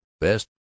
best